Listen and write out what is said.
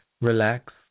relax